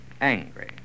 angry